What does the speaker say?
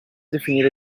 definire